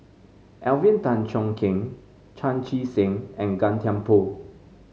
Alvin Tan Cheong Kheng Chan Chee Seng and Gan Thiam Poh